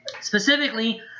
Specifically